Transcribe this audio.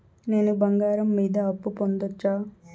నేను బంగారం మీద అప్పు పొందొచ్చా?